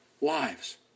lives